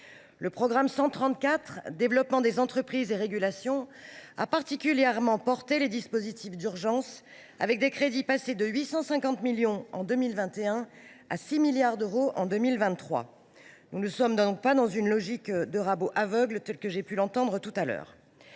Le programme 134 « Développement des entreprises et régulations » a particulièrement porté les dispositifs d’urgence, les crédits concernés étant passés de 850 millions d’euros en 2021 à 6 milliards d’euros en 2023. Nous ne nous inscrivons donc pas dans une logique de rabot aveugle, ainsi que j’ai pu l’entendre tout à l’heure.